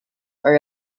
are